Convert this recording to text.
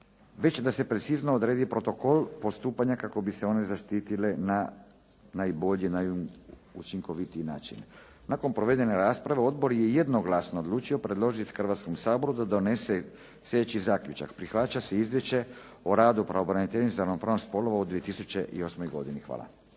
već i da se precizno odredi protokol postupanja kako bi se one zaštitile na najbolji, najučinkovitiji način. Nakon provedene rasprave Odbor je jednoglasno odlučio predložiti Hrvatskom saboru da donese sljedeći zaključak. Prihvaća se izvješće o radu pravobraniteljice za ravnopravnost spolova u 2008. godini. Hvala.